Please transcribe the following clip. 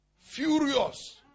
furious